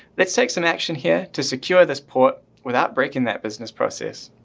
let's take some action here to secure this port without breaking that business process.